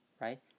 right